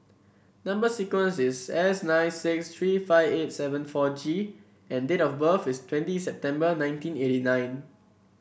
number sequence is S nine six three five eight seven four G and date of birth is twenty September nineteen eighty nine